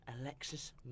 Alexis